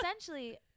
essentially